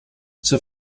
zur